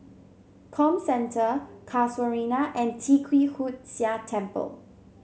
Comcentre Casuarina and Tee Kwee Hood Sia Temple